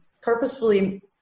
purposefully